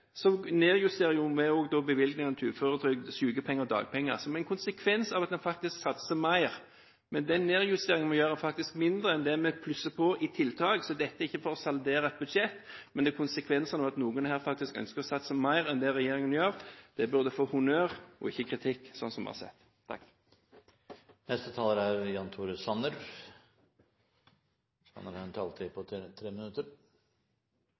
nedjusterer vi da også bevilgningene til uføretrygd, sykepenger og dagpenger – som en konsekvens av at en faktisk satser mer – men den nedjusteringen vi gjør, er faktisk mindre enn det vi plusser på i tiltak. Så dette er ikke for å saldere et budsjett, men det er konsekvensene av at noen her faktisk ønsker å satse mer enn det regjeringen gjør. Det burde vi få honnør for og ikke kritikk, slik som vi har sett.